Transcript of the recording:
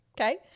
Okay